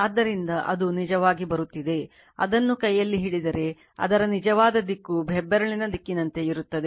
ಆದ್ದರಿಂದ ಅದು ನಿಜವಾಗಿ ಬರುತ್ತಿದೆ ಅದನ್ನು ಕೈಯಲ್ಲಿ ಹಿಡಿದರೆ ಅದರ ನಿಜವಾಗಿ ದಿಕ್ಕು ಹೆಬ್ಬೆರಳಿನ ದಿಕ್ಕಿನಂತೆ ಇರುತ್ತದೆ